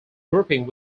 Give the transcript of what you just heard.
grouping